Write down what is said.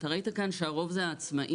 אתה ראית כאן שהרוב זה העצמאים,